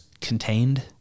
contained